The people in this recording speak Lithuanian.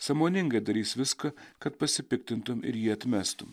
sąmoningai darys viską kad pasipiktintum ir jį atmestum